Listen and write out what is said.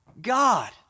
God